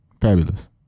fabulous